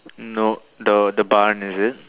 no the the barn is it